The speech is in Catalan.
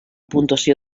puntuació